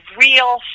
real